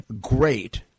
great